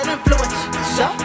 influence